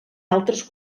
altres